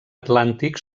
atlàntic